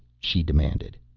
she demanded.